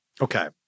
Okay